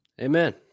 Amen